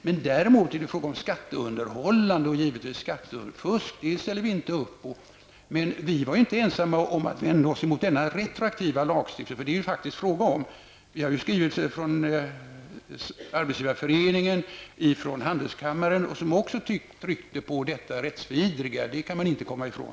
Men däremot ställer vi oss naturligtvis inte bakom skatteundanhållande och givetvis inte skattefusk. Men vi var inte ensamma om att vända oss mot denna retroaktiva lagstiftning, eftersom det faktiskt är fråga om det. Vi har fått skrivelser från Arbetsgivareföreningen och från handelskammaren som också tryckte på detta rättsvidriga. Det kan man inte komma ifrån.